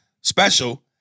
special